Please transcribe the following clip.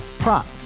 Prop